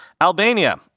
Albania